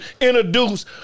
Introduce